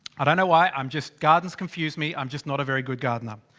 i don't know why, i'm just, garden's confuse me. i'm just not a very good gardener.